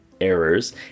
errors